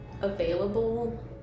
available